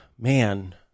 man